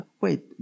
Wait